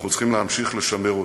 אנחנו צריכים להמשיך לשמר אותו.